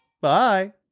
Bye